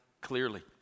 clearly